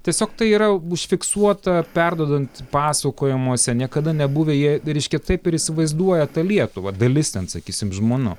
tiesiog tai yra užfiksuota perduodant pasakojimuose niekada nebuvę jie reiškia taip ir įsivaizduoja tą lietuvą dalis ten sakysim žmonų